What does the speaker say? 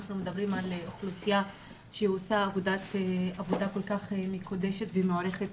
אנחנו מדברים על אוכלוסייה שעושה עבודה כל כך מקודשת ומוערכת